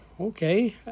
okay